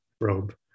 robe